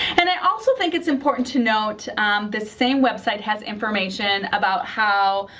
and i also think it's important to note this same website has information about how,